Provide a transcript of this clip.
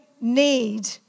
need